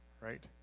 right